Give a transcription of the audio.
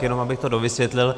Jenom abych to dovysvětlil.